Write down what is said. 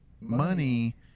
Money